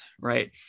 right